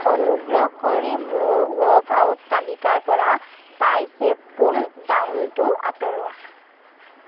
অনুগ্ৰহ কৰি মোৰ ৱৰ্কআউট তালিকাৰপৰা ট্ৰাইচেপ পুল ডাউনটো আঁতৰোৱা